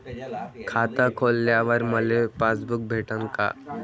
खातं खोलल्यावर मले पासबुक भेटन का?